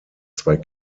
zwei